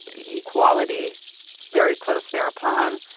but equality very close thereupon.